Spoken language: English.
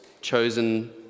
chosen